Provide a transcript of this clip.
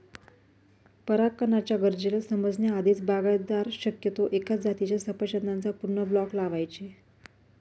परागकणाच्या गरजेला समजण्या आधीच, बागायतदार शक्यतो एकाच जातीच्या सफरचंदाचा पूर्ण ब्लॉक लावायचे